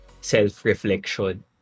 self-reflection